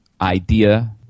idea